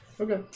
okay